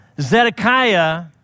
Zedekiah